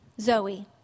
Zoe